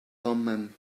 thummim